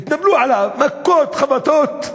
התנפלו עליו, מכות, חבטות,